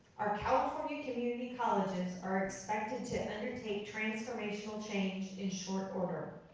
our california community colleges are expected to undertake transformational change in short order.